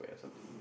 or something